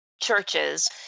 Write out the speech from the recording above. churches